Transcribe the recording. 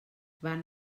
van